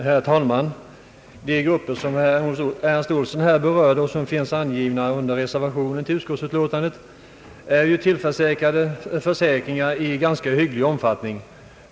Herr talman! De grupper som herr Ernst Olsson nyss berört och som avses i reservationen har ett ganska hyggligt försäkringsskydd.